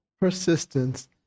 persistence